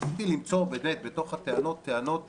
ניסיתי למצוא באמת בתוך הטענות טענות